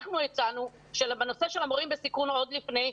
אנחנו הצענו בנושא של המורים בסיכון עוד לפני,